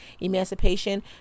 emancipation